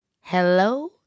Hello